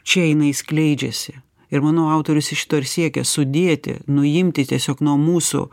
čia jinai skleidžiasi ir manau autorius iš to ir siekia sudėti nuimti tiesiog nuo mūsų